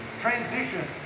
transition